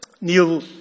Neil